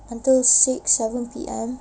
until six seven P_M